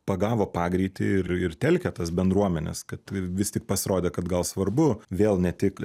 pagavo pagreitį ir ir telkia tas bendruomenes kad vis tik pasirodė kad gal svarbu vėl ne tik